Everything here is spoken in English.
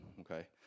okay